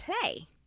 play